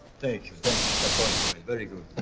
thank you. dentist appointment. very good.